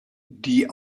die